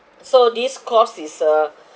so this courts is a